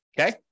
okay